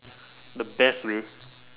the best way